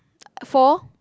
four